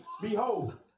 behold